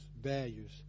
values